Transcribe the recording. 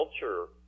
culture